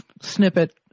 snippet